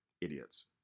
Idiots